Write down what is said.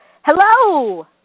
Hello